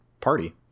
party